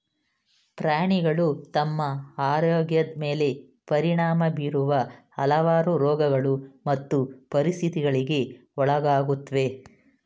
ಪ್ರಾಣಿಗಳು ತಮ್ಮ ಆರೋಗ್ಯದ್ ಮೇಲೆ ಪರಿಣಾಮ ಬೀರುವ ಹಲವಾರು ರೋಗಗಳು ಮತ್ತು ಪರಿಸ್ಥಿತಿಗಳಿಗೆ ಒಳಗಾಗುತ್ವೆ